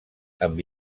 amb